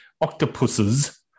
octopuses